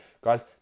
Guys